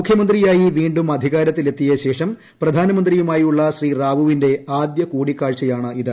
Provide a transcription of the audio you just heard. മുഖ്യമന്ത്രിയായി വീ ും അധികാരത്തിലെത്തിയ ശേഷം പ്രധാനമന്ത്രിയുമായുള്ള ശ്രീ റാവുവിന്റെ ആദ്യകൂടിക്കാഴ്ചയാണിത്